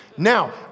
Now